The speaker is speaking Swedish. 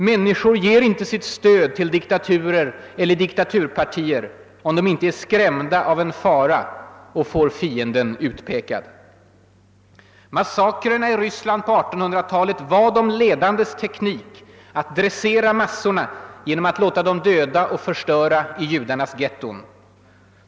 Människor ger inte sitt stöd till diktaturer eller diktaturpartier om de inte är skrämda av en fara och får fienden utpekad. Massakrerna i Ryssland på 1800-talet var de ledandes teknik att dressera massorna genom att låta dem döda och förstöra i judarnas getton.